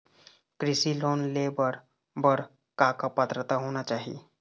कृषि लोन ले बर बर का का पात्रता होना चाही?